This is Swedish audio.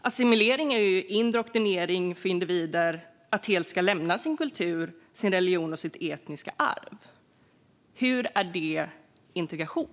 Assimilering är ju indoktrinering för att individer helt ska lämna sin kultur, sin religion och sitt etniska arv. Hur är detta integration?